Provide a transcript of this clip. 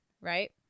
right